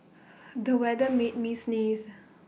the weather made me sneeze